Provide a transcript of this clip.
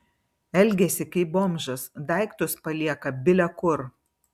elgiasi kaip bomžas daiktus palieka bile kur